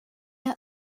are